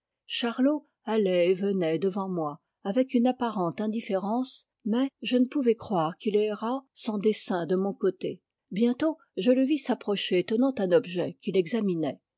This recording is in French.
charlot allait et venait devant moi avec une apparente indifférence mais je ne pouvais croire qu'il errât sans dessein de mon côté bientôt je le vis s'approcher tenant un objet qu'il examinait